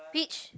peach